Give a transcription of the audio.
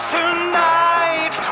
Tonight